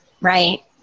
Right